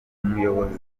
umuyobozi